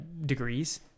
degrees